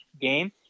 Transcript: game